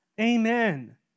Amen